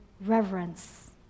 reverence